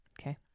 Okay